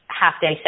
half-day